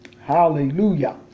Hallelujah